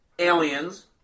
Aliens